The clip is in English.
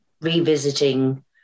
revisiting